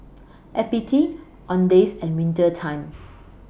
F B T Owndays and Winter Time